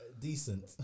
decent